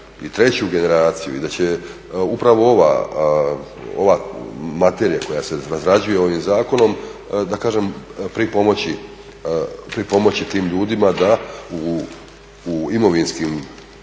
i treću generaciju i da će upravo ova materija koja se razrađuje ovim zakonom da kažem pripomoći tim ljudima da u imovinskim